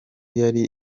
yari